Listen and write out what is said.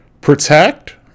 Protect